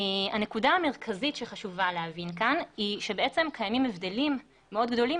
הנקודה המרכזית שחשוב להבין כאן היא שבעצם קיימים הבדלים מאוד גדולים